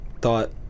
thought